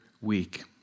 week